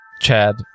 Chad